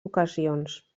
ocasions